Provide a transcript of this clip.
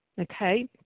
okay